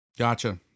Gotcha